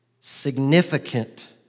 significant